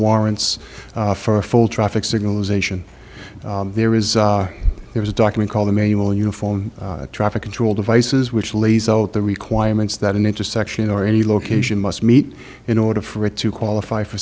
warrants for a full traffic signals ation there is there is a document called the manual uniform traffic control devices which lays out the requirements that an intersection or any location must meet in order for it to qualify for